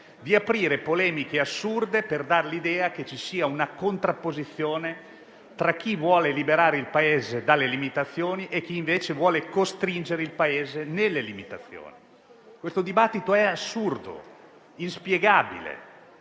di aprire polemiche assurde per dare l'idea che ci sia una contrapposizione tra chi vuole liberare il Paese dalle limitazioni e chi, invece, vuole costringere il Paese nelle limitazioni. È un dibattito assurdo e inspiegabile